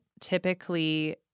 typically